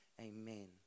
Amen